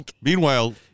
meanwhile